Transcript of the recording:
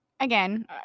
Again